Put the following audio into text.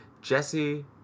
Jesse